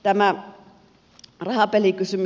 tämä rahapelikysymys